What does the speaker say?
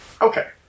Okay